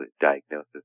diagnosis